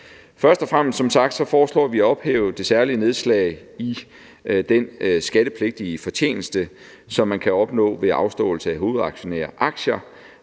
Først og fremmest foreslår vi at ophæve det særlige nedslag i den skattepligtige fortjeneste, som man kan opnå ved afståelse af hovedaktionæraktier,